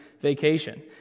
Vacation